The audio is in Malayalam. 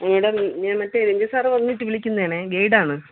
നിങ്ങളുടെ ഞാൻ മറ്റേ രഞ്ജി സാറ് പറഞ്ഞിട്ട് വിളിക്കുന്നതാണ് ഗൈഡാണ്